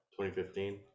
2015